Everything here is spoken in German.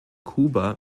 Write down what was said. kuba